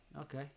okay